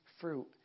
fruit